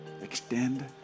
extend